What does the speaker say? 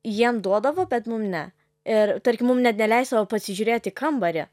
jiem duodavo bet mum ne ir tarkim mum net neleisdavo pasižiūrėt į kambarį